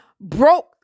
broke